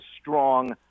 strong